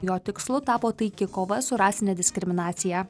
jo tikslu tapo taiki kova su rasine diskriminacija